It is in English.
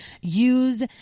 use